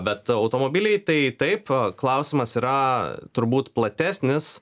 be automobiliai tai taip klausimas yra turbūt platesnis